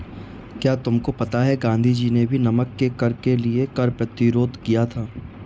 क्या तुमको पता है गांधी जी ने भी नमक के कर के लिए कर प्रतिरोध किया था